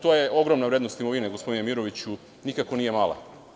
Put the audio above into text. To je ogromna vrednost imovine, gospodine Miroviću, nikako nije mala.